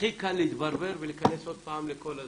הכי קל להתברבר ולהיכנס עוד פעם לכל זה.